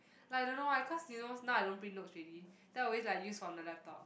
like I don't know why cause you know now I don't print notes already then always like use from the laptop